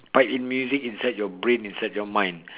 bite in music inside your brain inside your mind